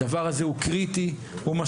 הדבר הזה הוא קריטי ומשמעותי,